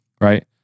right